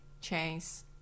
chain's